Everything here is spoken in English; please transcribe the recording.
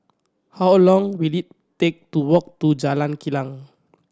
how long will it take to walk to Jalan Kilang